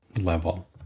level